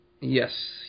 Yes